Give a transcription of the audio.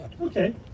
Okay